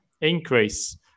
increase